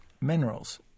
minerals